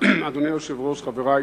אדוני היושב-ראש, חברי,